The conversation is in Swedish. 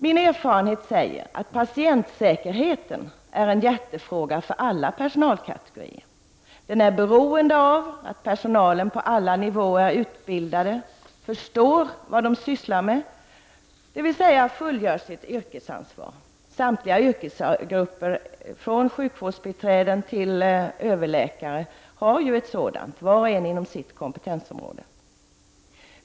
Min erfarenhet säger att patientsäkerheten är en hjärtefråga för alla personalkategorier. Den är beroende av att personalen på alla nivåer är utbildad och förstår vad den sysslar med, dvs. att alla fullgör sitt yrkesansvar. Samtliga yrkesgrupper, från sjukvårdsbiträden till överläkare, har var och en inom sitt kompetensområde ett sådant ansvar.